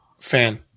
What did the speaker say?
fan